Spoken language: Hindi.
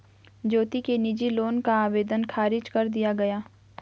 ज्योति के निजी लोन का आवेदन ख़ारिज कर दिया गया